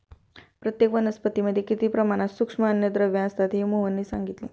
प्रत्येक वनस्पतीमध्ये किती प्रमाणात सूक्ष्म अन्नद्रव्ये असतात हे मोहनने सांगितले